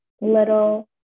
little